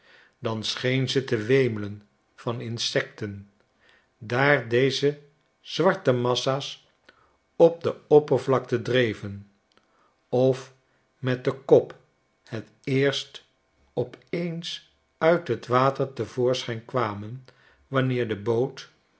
dan scheen ze te wemelenvan insecten daar deze zwarte massa's op de oppervlakte dreven of met den kop het eerst op eens uit het water te voorschijn kwamen wanneer de boot